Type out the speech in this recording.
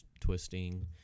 twisting